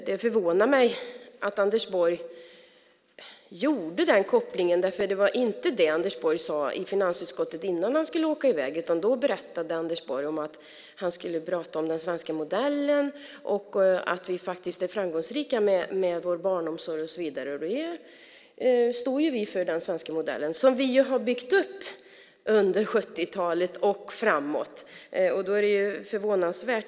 Det förvånar mig att Anders Borg gjorde den kopplingen, för det var inte det han sade i finansutskottet innan han skulle åka iväg. Då berättade han i stället att han skulle prata om den svenska modellen och om att vi faktiskt är framgångsrika med vår barnomsorg och så vidare. Den svenska modellen, som vi ju har byggt upp under 70-talet och framåt, står vi för.